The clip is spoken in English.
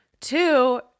Two